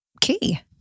key